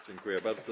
Dziękuję bardzo.